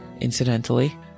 incidentally